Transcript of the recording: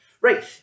Right